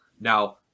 Now